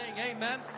amen